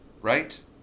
Right